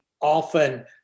often